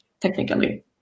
technically